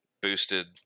boosted